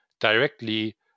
directly